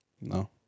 No